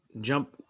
jump